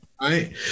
Right